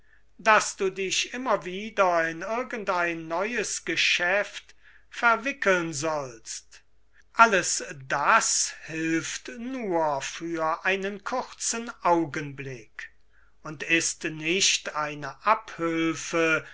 daß du dich immer wieder in irgend ein neues geschäft verwickeln sollst alles das hilft nur für einen kurzen augenblick und ist nicht eine abhülfe